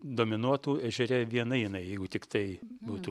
dominuotų ežere viena jinai jeigu tiktai būtų